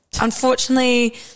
Unfortunately